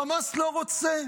חמאס לא רוצה.